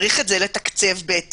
צריך את זה לתקצב בהתאם.